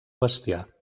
bestiar